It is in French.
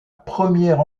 première